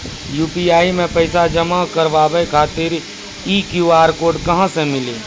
UPI मे पैसा जमा कारवावे खातिर ई क्यू.आर कोड कहां से मिली?